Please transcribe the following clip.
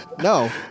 No